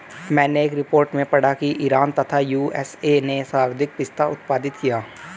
मैनें एक रिपोर्ट में पढ़ा की ईरान तथा यू.एस.ए ने सर्वाधिक पिस्ता उत्पादित किया